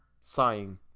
sighing